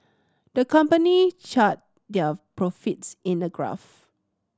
the company charted their profits in a graph